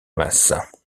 masse